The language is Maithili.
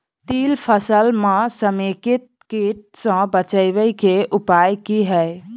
तिल फसल म समेकित कीट सँ बचाबै केँ की उपाय हय?